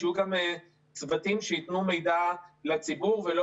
שיהיו גם צוותים שייתנו מידע לציבור ולא